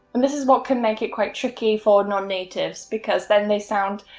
and this is what can make it quite tricky for non natives because then they sound,